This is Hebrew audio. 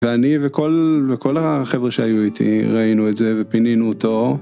ואני וכל וכל החבר'ה שהיו איתי ראינו את זה ופינינו אותו